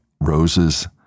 roses